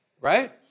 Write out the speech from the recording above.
right